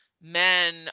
men